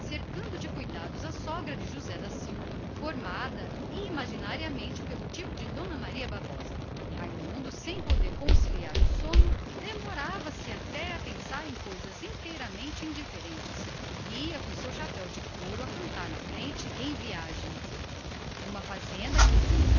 cercando de desvelos a sogra de josé da silva formada imaginariamente pelo tipo de maria bárbara e raimundo sem poder conciliar o sono demorava-se até a pensar em coisas de todo indiferentes o guia preguiçoso e tristonho a cantar no seu falsete de mulher uma fazenda que